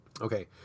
okay